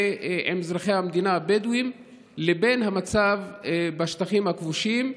עם אזרחי המדינה הבדואים לבין המצב בשטחים הכבושים.